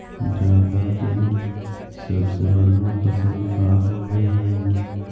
जादा के सबसे बढ़िया फसल का होवे हई?